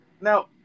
Now